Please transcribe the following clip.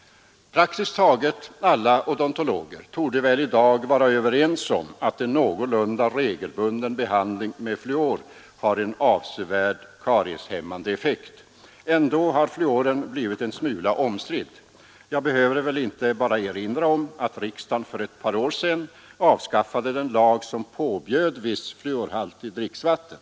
Praktiskt taget alla odontologer torde väl i dag vara överens om att en någorlunda regelbunden behandling med fluor har en avsevärd karieshämmande effekt. Ändå har fluoren blivit en smula omstridd. Jag behöver väl bara erinra om att riksdagen för ett par år sedan avskaffade den lag som påbjöd viss fluorhalt i dricksvatten.